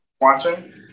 watching